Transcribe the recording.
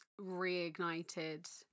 reignited